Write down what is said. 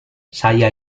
saya